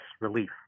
relief